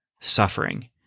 suffering